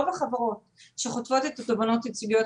רוב החברות שחוטפות את התובענות הייצוגיות,